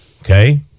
Okay